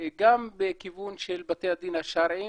גם בכיוון של בתי הדין השרעיים,